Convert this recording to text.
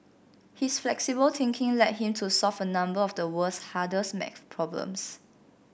his flexible thinking led him to solve a number of the world's hardest maths problems